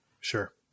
Sure